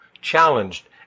challenged